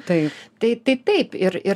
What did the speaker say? tai tai tai taip ir ir